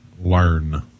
learn